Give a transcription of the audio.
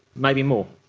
maybe more.